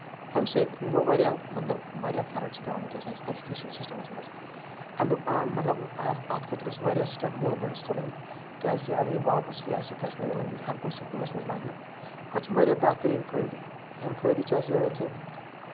اَمہِ سۭتۍ گوٚو واریاہ مطلب واریاہ فرق چھِ پٮ۪وان وٕنکیٚس اسہِ اٮ۪جُکیشَن سِسٹَمَس منٛز امیُک مطلب اَتھ خٲطرٕ اوس واریاہ سِٹٮ۪پ گورمینٹَس تُلٕنۍ کیازِ کہِ اَگر اَسہِ یہِ واپَس ییہِ اسہِ کَشمیٖری لنگویج سٔکوٗلَس منٛز وَنٕنہٕ اَتھ چھُ واریاہ بہتٔریٖن فٲیدٕ یِم فٲیدٕ چھِ اَسہِ یِہوے کہِ